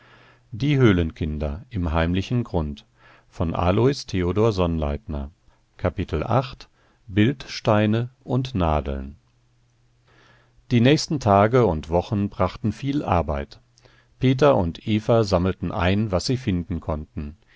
froh bildsteine und nadeln die nächsten tage und wochen brachten viel arbeit peter und eva sammelten ein was sie finden konnten